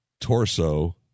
torso